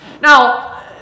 Now